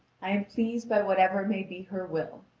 i am pleased by what ever may be her will.